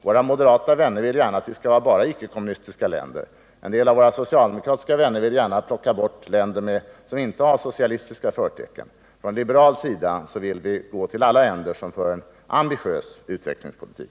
Våra moderata vänner vill gärna att det skall vara bara ickekommunistiska länder, en del av våra socialdemokratiska vänner vill gärna plocka bort länder som inte har socialistiska förtecken. Från liberal sida vill vi ge till alla länder som för en ambitiös utvecklingspolitik.